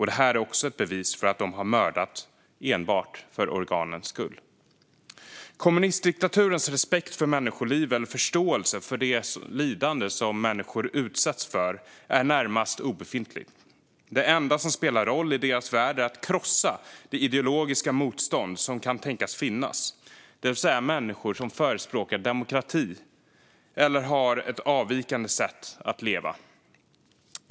Det här är också ett bevis för att de har mördat enbart för organens skull. Kommunistdiktaturens respekt för människoliv och förståelse för det lidande som människor utsätts för är närmast obefintliga. Det enda som spelar roll i deras värld är att krossa det ideologiska motstånd som kan tänkas finnas, det vill säga människor som förespråkar demokrati eller har ett avvikande sätt att leva.